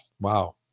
Wow